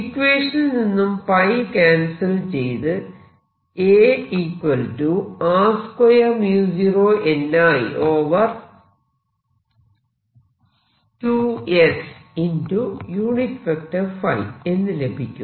ഇക്വേഷനിൽ നിന്നും ക്യാൻസൽ ചെയ്ത് എന്ന് ലഭിക്കും